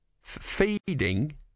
Feeding